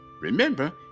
remember